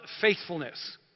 faithfulness